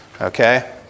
Okay